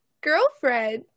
girlfriend